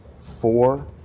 four